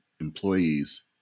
employees